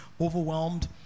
overwhelmed